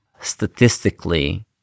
Statistically